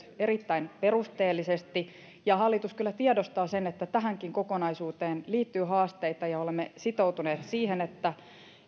erittäin perusteellisesti ja hallitus kyllä tiedostaa sen että tähänkin kokonaisuuteen liittyy haasteita olemme sitoutuneet siihen että